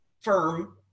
firm